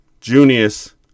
Junius